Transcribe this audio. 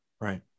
Right